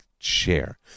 share